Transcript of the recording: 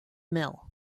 mill